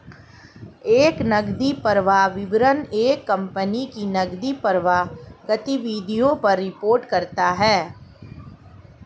एक नकदी प्रवाह विवरण एक कंपनी की नकदी प्रवाह गतिविधियों पर रिपोर्ट करता हैं